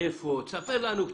מאיפה אתה?